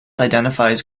identifies